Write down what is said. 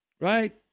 Right